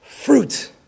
fruit